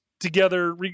together